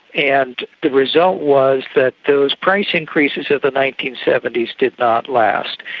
and the result was that those price increases of the nineteen seventy s did not last.